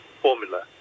formula